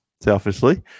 selfishly